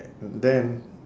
and then